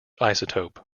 isotope